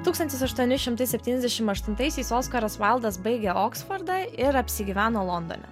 tūkstantis aštuoni šimtai septyniasdešim aštuntaisiais oskaras valdas baigė oksfordą ir apsigyveno londone